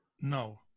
No